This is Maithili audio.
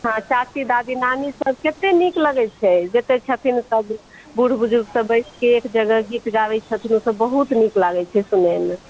हँ चाची दादी नानीसभ कतेक नीक लगैत छै जतेक छथिन सभ बुढ़ बुजुर्गसभ बैसिकऽ एक जगह गीत गबैत छथिन ओसभ बहुत नीक लागैत छै सुनैमे